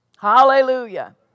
Hallelujah